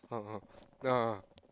(uh huh) ah